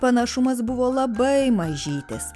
panašumas buvo labai mažytis